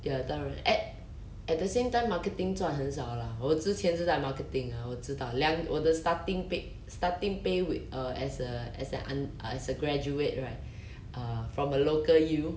ya 当然 at at the same time marketing 赚很少 lah 我之前是在 marketing ah 我知道 lia~ 我的 starting pa~ starting pay uh as a un~ as a graduate right uh from a local U